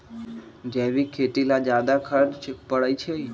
जैविक खेती ला ज्यादा खर्च पड़छई?